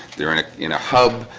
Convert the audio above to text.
they're in in a hub.